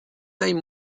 taille